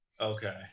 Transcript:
okay